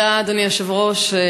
אדוני היושב-ראש,